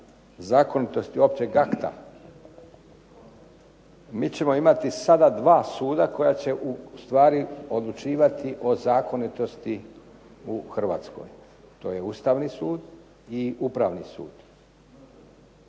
zakonitosti općeg akta. Mi ćemo imati sada 2 suda koja će ustvari odlučivati o zakonitosti u Hrvatskoj. To je Ustavni sud i Upravni sud.